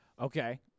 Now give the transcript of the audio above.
Okay